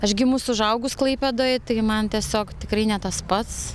aš gimus užaugus klaipėdoj tai man tiesiog tikrai ne tas pats